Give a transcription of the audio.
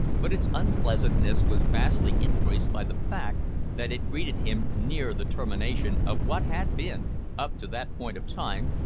but its unpleasantness was vastly increased by the fact that it greeted him near the termination of what had been, up to that point of time,